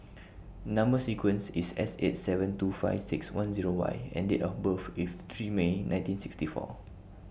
Number sequence IS S eight seven two five six one Zero Y and Date of birth IS three May nineteen sixty four